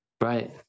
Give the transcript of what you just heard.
Right